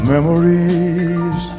Memories